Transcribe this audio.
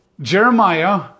Jeremiah